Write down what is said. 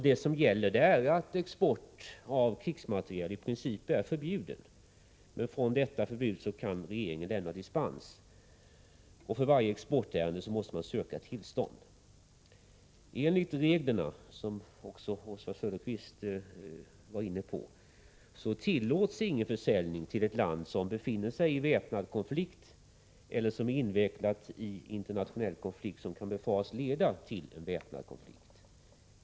Det som gäller är att export av krigsmateriel i princip är förbjuden. Från detta förbud kan regeringen emellertid bevilja dispens. För varje exportärende måste tillstånd sökas. Enligt reglerna tillåts inte — vilket Oswald Söderqvist också var inne på — någon försäljning till ett land som befinner sig i väpnad konflikt eller är invecklat i en internationell konflikt som kan befaras leda till väpnad konflikt.